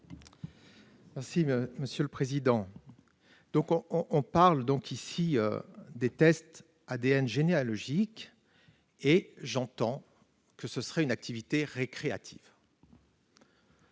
explication de vote. On parle ici des tests ADN généalogiques. Or j'entends que ce serait une activité récréative.